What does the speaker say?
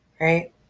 right